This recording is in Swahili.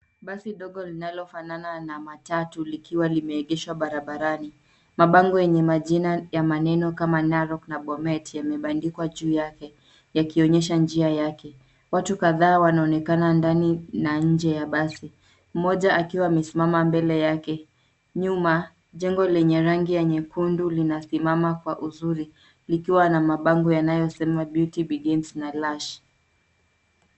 Basi ndogo linalo fanana na matatu likiwa limeegeshwa barabarani, mabango lenye majina ya maneno kama Narok na Bomet yamebandikwa juu yake yakionyesha njia yake. watu kadhaa wanaonekana ndani na nje ya basi mmoja akiwa amesimama mbele yake. Nyuma jengo lenye rangi ya nyekundu linasimama kwa uzuri likiwa na mabango yanayosema [cs beauty begins na lush .